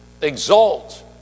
exalt